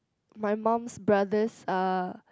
my mum's brothers are